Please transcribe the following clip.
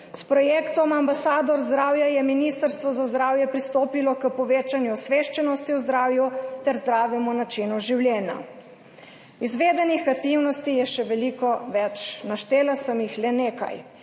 S projektom Ambasadorji zdravja je Ministrstvo za zdravje pristopilo k povečanju osveščenosti o zdravju ter zdravem načinu življenja. Izvedenih aktivnosti je še veliko več, naštela sem jih le nekaj.